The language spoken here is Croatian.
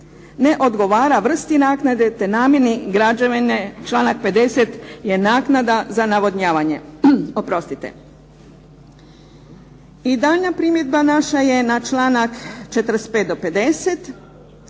ne odgovara vrsti naknade te namjeni … članak 50. je naknada za navodnjavanje. I daljnja primjedba naša je na članak 45. do 50.